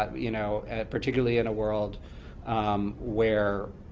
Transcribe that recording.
ah you know particularly in a world where